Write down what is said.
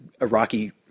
Iraqi